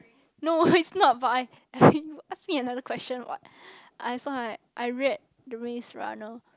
no is not but I mean you ask me another question what as long as I read the-Maze-Runner